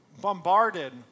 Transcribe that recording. bombarded